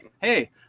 hey